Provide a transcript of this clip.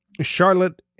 Charlotte